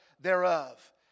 thereof